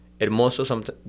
Hermoso